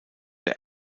der